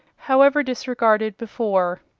however disregarded before.